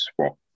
swap